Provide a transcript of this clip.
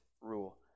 rule